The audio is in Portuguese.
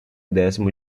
décimo